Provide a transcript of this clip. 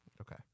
Okay